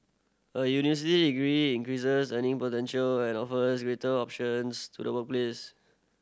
a university degree increases earning potential and offers greater options to the workplace